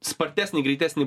spartesnį greitesnį